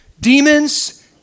demons